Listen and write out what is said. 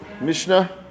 Mishnah